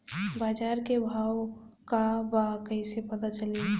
बाजार के भाव का बा कईसे पता चली?